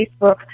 Facebook